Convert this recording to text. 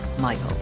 Michael